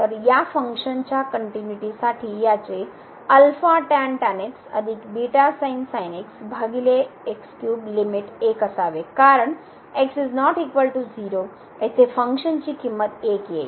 तर या फंक्शनच्या कनट्युनिटीसाठी याचे लिमिट 1 असावी कारण x ≠ 0 येथे फंक्शनची किंमत 1येईल